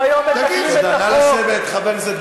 התשובה גם לשאלה שלך.